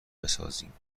بسازیم